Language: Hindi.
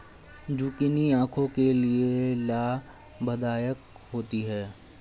जुकिनी आंखों के लिए लाभदायक होती है